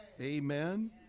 amen